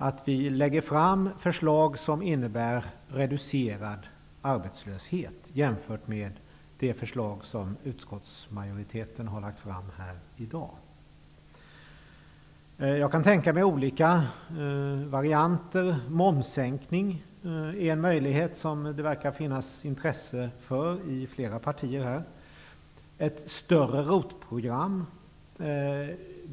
att vi lägger fram förslag som innebär reducerad arbetslöshet jämfört med det förslag som utskottsmajoriteten har lagt fram här i dag. Jag kan tänka mig olika varianter. Momssänkning är en möjlighet som det verkar finnas intresse för i flera partier här. Ett större ROT-program är en annan möjlighet.